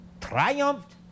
Triumphed